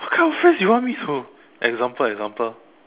what kind of phrase you want me to example example